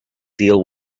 deal